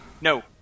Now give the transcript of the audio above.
No